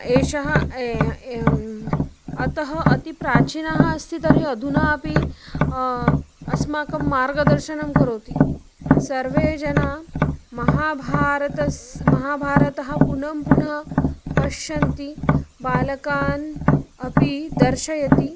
एषः अतः अतिप्राचीनः अस्ति तर्हि अधुनापि अस्माकं मार्गदर्शनं करोति सर्वे जनाः महाभारतस्य महाभारतं पुनः पुनः पश्यन्ति बालकान् अपि दर्शयन्ति